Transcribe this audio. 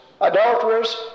Adulterers